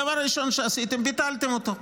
הדבר הראשון שעשיתם, ביטלתם אותו,